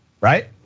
right